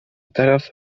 teraz